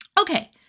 Okay